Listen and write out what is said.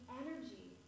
energy